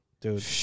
Dude